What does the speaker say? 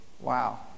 Wow